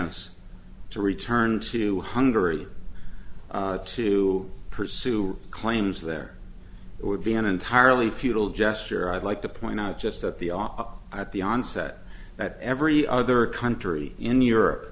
fs to return to hungary to pursue claims there would be an entirely futile gesture i'd like to point out just that the off at the onset that every other country in europe